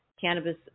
cannabis